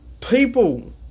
people